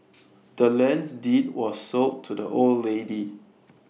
the land's deed was sold to the old lady